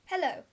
Hello